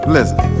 Listen